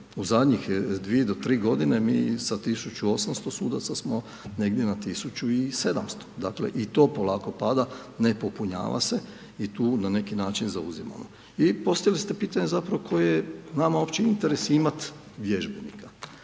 U zadnjih 2 do 3 godine mi sa 1800 sudaca smo negdje na 1700. Dakle i to polako pada, ne popunjava se i tu na neki način zauzimamo. I postavili ste pitanje zapravo koji je nama uopće interes imati vježbenika.